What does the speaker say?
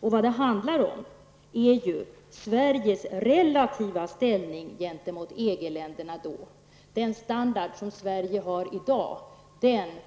Vad det handlar om är ju Sveriges relativa ställning gentemot EG-länderna då. Den standard som Sverige har i dag